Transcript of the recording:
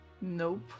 Nope